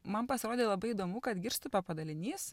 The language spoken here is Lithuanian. man pasirodė labai įdomu kad girstupio padalinys